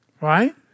Right